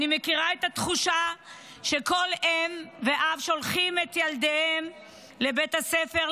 אני מכירה את התחושה של כל אם ואב ששולחים את ילדם לבית הספר,